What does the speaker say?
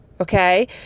okay